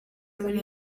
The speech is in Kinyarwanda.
muri